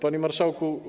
Panie marszałku.